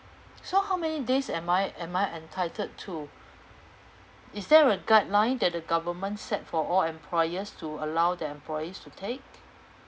so how many days am I am I entitled to is there a guideline that the government set for all employers to allow their employees to take